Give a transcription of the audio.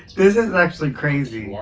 this is actually crazy!